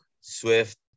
Swift